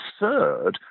absurd